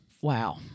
Wow